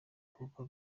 kuko